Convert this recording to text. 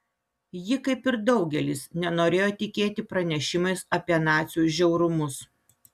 ji kaip ir daugelis nenorėjo tikėti pranešimais apie nacių žiaurumus